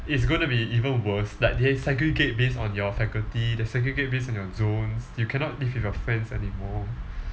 it's going to be even worse like they segregate based on your faculty they segregate based on your zones you cannot live with your friends anymore